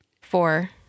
four